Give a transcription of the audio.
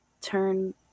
turn